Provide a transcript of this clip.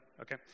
Okay